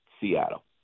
Seattle